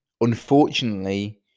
unfortunately